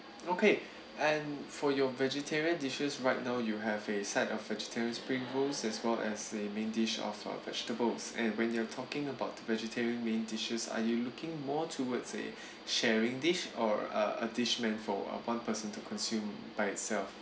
okay and for your vegetarian dishes right now you have a set of vegetarian spring rolls as well as a main dish of our vegetables and when you're talking about vegetarian main dishes are you looking more towards a sharing dish or a additional for one person to consume by itself